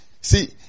See